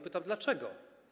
Pytam: Dlaczego?